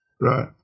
Right